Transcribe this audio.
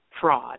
fraud